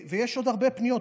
ויש עוד הרבה פניות.